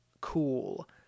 Cool